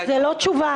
זה לא תשובה.